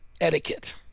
etiquette